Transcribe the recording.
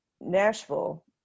nashville